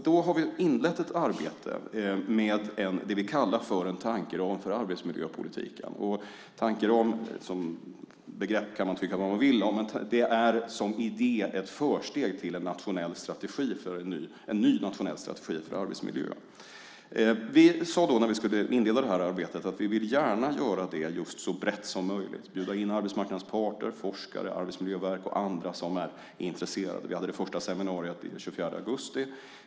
Vi har inlett ett arbete med det vi kallar en tankeram för arbetsmiljöpolitiken. Tankeram som begrepp kan man tycka vad man vill om. Men det är som idé ett försteg till en ny nationell strategi för arbetsmiljön. När vi skulle inleda arbetet sade vi att vi gärna vill göra det så brett som möjligt. Vi vill bjuda in arbetsmarknadens parter, forskare, Arbetsmiljöverket och andra som är intresserade. Vi hade det första seminariet den 24 augusti.